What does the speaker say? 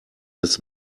des